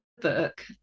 book